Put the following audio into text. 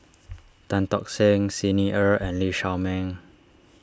Tan Tock Seng Xi Ni Er and Lee Shao Meng